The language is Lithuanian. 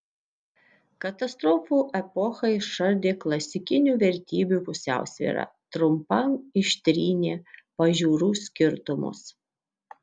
katastrofų epocha išardė klasikinių vertybių pusiausvyrą trumpam ištrynė pažiūrų skirtumus